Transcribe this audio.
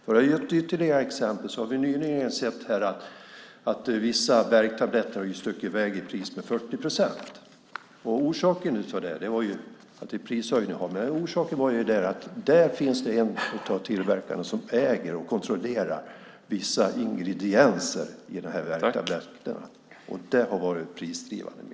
För att ge ett ytterligare exempel har vi nyligen sett att vissa värktabletter har stuckit i väg med 40 procent i prishöjning. Orsaken är att en av tillverkarna äger vissa ingredienser i värktabletten, och det menar jag har varit prisdrivande.